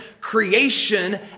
creation